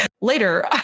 later